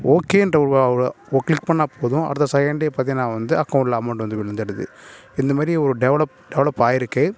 ஓகேன்ற ஒரு ஒரு ஒரு கிளிக் பண்ணால் போதும் அடுத்த செகண்ட்டே பார்த்திங்கனா வந்து அக்கௌண்ட்ல அமௌண்ட் வந்து விழுந்துடுது இந்தமாதிரி ஒரு டெவலப் டெவலப் ஆயிருக்குது